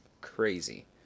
crazy